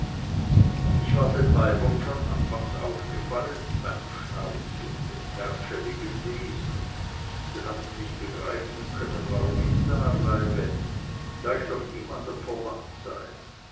ich war den weibern schon anfangs aufgefallen mit meinem schnauz und dem herrscheligen wesen sie hatten nicht begreifen können warum ich da bleibe da ich doch niemandem verwandt sei